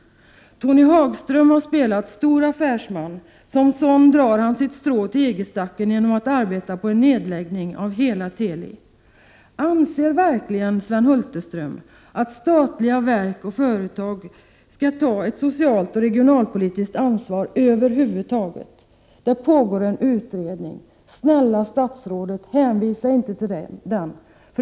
Tony Hagström har spelat rollen av stor affärsman. Som sådan drar han sitt strå till EG-stacken genom att arbeta för en nedläggning av hela Teli. Anser verkligen Sven Hulterström att statliga verk och företag skall ta ett socialt och regionalpolitiskt ansvar över huvud taget? Det pågår en utredning. Snälla statsrådet, hänvisa inte till den!